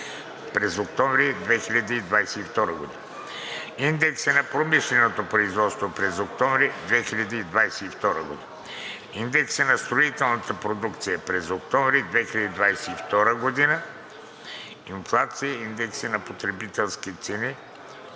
през октомври 2022 г.; – индекси на промишленото производство през октомври 2022 г.; – индекси на строителната продукция през октомври 2022 г.; – инфлация и индекси на потребителски цени